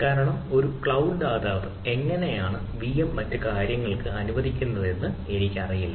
കാരണം ഒരു ക്ലൌഡ് ദാതാവ് എങ്ങനെയാണ് വിഎം മറ്റ് കാര്യങ്ങൾക്ക് അനുവദിക്കുന്നതെന്ന് എനിക്കറിയില്ല